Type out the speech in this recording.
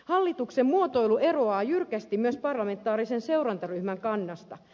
hallituksen muotoilu eroaa jyrkästi myös parlamentaarisen seurantaryhmän kannasta